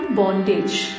bondage